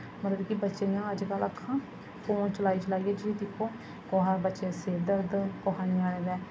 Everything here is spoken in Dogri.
मतलब कि बच्चें दियां अज्ज कल अक्खां फोन चलाई चलाइयै जे दिक्खो कुसा बच्चे दे सिर दर्द कुसा ञ्याने दे